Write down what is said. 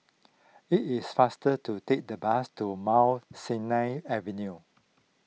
it is faster to take the bus to Mount Sinai Avenue